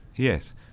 Yes